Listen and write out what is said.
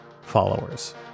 followers. ¶¶